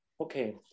Okay